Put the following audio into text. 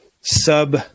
sub